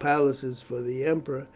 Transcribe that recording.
palaces for the emperor,